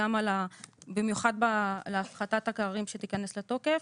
במיוחד להפחתת הקררים שתיכנס לתוקף,